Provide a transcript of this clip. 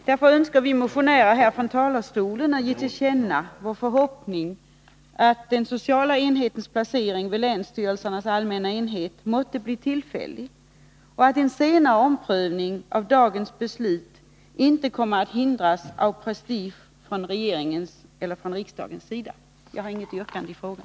Därför önskar vi motionärer här från talarstolen uttala vår förhoppning att den sociala enhetens inplacering i länsstyrelsernas beslut inte kommer att hindras av prestige vare sig från regeringens eller från riksdagens sida. Jag har inget yrkande i frågan.